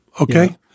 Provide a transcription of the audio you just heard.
Okay